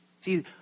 See